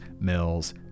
mills